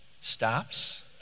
stops